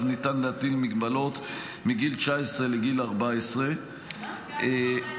ניתן להטיל מגבלות מגיל 19 לגיל 14. כתבנו 14,